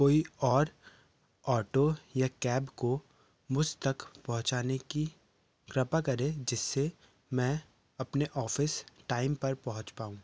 कोई और ऑटो या कैब को मुझ तक पहुँचाने कि कृपा करें जिससे मैं अपने ऑफ़िस टाइम पर पहुँच पाऊँ